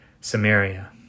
samaria